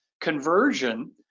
conversion